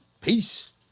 Peace